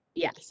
Yes